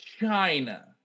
China